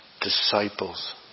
Disciples